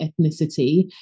ethnicity